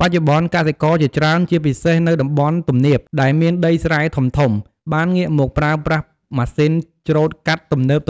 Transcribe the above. បច្ចុប្បន្ន កសិករជាច្រើន ជាពិសេសនៅតំបន់ទំនាប ដែលមានដីស្រែធំៗ បានងាកមកប្រើប្រាស់ម៉ាស៊ីនច្រូតកាត់ទំនើបៗ